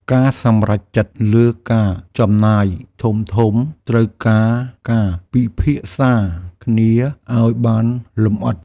ការសម្រេចចិត្តលើការចំណាយធំៗត្រូវការការពិភាក្សាគ្នាឲ្យបានលម្អិត។